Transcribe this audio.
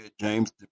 James